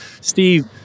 Steve